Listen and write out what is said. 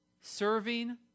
serving